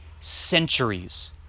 centuries